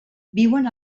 viuen